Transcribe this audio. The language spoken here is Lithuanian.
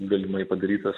galimai padarytas